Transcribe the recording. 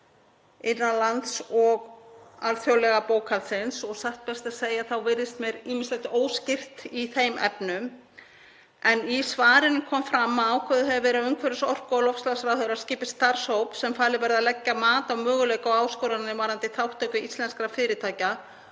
innan lands og alþjóðlega bókhaldsins og satt best að segja þá virðist mér ýmislegt óskýrt í þeim efnum. En í svarinu kom fram að ákveðið hefur verið að umhverfis-, orku- og loftslagsráðherra skipi starfshóp sem falið verði að leggja mat á möguleika og áskoranir varðandi þátttöku íslenskra fyrirtækja